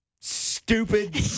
Stupid